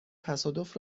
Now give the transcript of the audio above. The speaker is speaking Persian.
تصادف